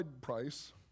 price